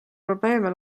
probleeme